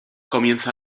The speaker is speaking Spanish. comienza